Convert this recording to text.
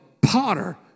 potter